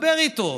דבר איתו.